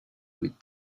with